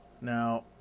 Now